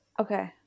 Okay